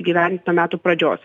įgyvendint nuo metų pradžios